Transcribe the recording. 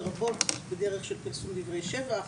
לרבות בדרך של פרסום דברי שבח,